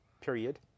period